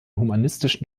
humanistischen